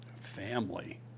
family